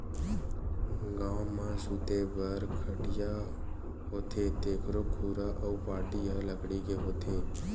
गाँव म सूते बर खटिया होथे तेखरो खुरा अउ पाटी ह लकड़ी के होथे